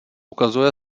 ukazuje